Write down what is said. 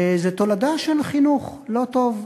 וזה תולדה של חינוך לא טוב,